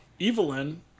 Evelyn